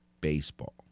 baseball